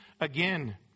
again